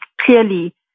clearly